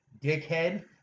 dickhead